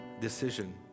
decision